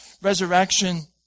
resurrection